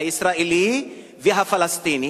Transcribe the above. הישראלי והפלסטיני.